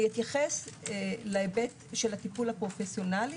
אייחס להיבט של הטיפול הפרופסיונלי